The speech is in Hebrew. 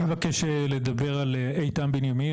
איתן בנימין,